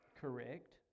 Correct